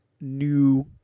new